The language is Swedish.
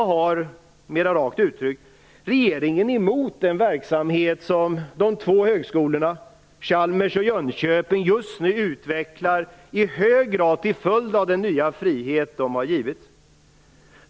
Mera rakt uttryckt: Vad har regeringen emot den verksamhet som de två högskolorna Chalmers och Högskolan i Jönköping nu utvecklar, i hög grad till följd av den nya frihet de har givits?